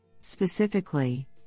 Specifically